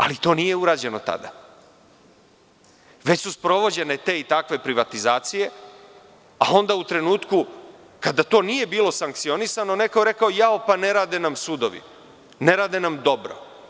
Ali, to nije urađeno tada, već su sprovođene te i takve privatizacije, a onda u trenutku kada to nije bilo sankcionisano neko je rekao da ne rade sudovi, ne rade dobro.